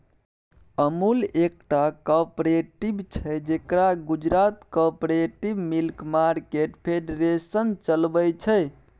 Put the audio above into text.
अमुल एकटा कॉपरेटिव छै जकरा Gujarat cooperative milk market federation चलबै छै